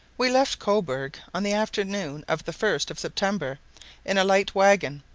we left cobourg on the afternoon of the first of september in a light waggon,